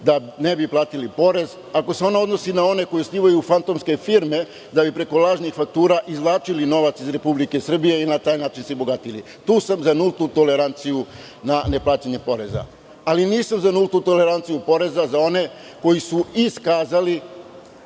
da ne bi platili porez, ako se ona odnosi na one koji osnivaju fantomske firme da bi preko lažnih faktura izvlačili novac iz Republike Srbije i na taj način se bogatili. Tu sam za nultu toleranciju. Nisam za nultu toleranciju poreza za one koji su prijavili